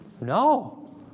No